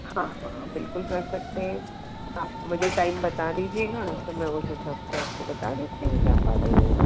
हाँ हाँ बिल्कुल कर सकते हैं आप मुझे टाइम बता दीजिएगा तो मैं उसे हिसाब से आपको बता देती हूँ कि आप आ जाइए